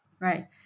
right